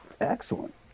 Excellent